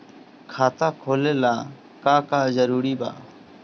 खाता खोले ला का का जरूरी बा?